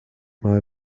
mal